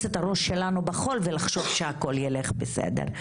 את הראש שלנו בחול ולחשוב שהכול ילך בסדר.